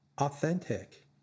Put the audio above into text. authentic